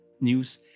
news